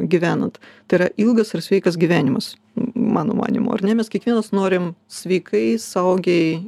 gyvenant tai yra ilgas ir sveikas gyvenimas mano manymu ar ne mes kiekvienas norim sveikai saugiai